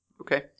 okay